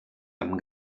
amb